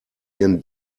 ihren